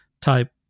type